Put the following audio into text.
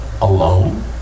alone